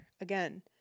again